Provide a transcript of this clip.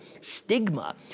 stigma